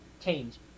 change